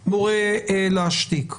גם הקול רציף כל הזמן.